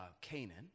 Canaan